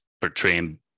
portraying